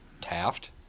Taft